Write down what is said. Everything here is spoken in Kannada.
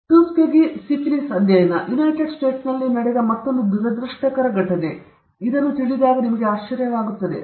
ಟುಸ್ಕೆಗೀ ಸಿಫಿಲಿಸ್ ಅಧ್ಯಯನ ಯುನೈಟೆಡ್ ಸ್ಟೇಟ್ಸ್ನಲ್ಲಿ ನಡೆದ ಮತ್ತೊಂದು ದುರದೃಷ್ಟಕರ ಘಟನೆ ಇದನ್ನು ತಿಳಿದುಕೊಳ್ಳಲು ಆಶ್ಚರ್ಯವಾಗುತ್ತದೆ